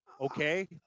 Okay